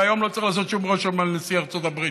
וכיום לא צריך לעשות שום רושם על נשיא ארצות הברית,